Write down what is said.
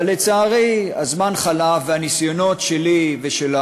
אבל לצערי הזמן חלף, והניסיונות שלי ושלה,